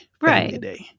right